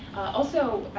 also,